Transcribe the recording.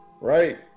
right